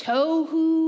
Tohu